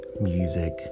music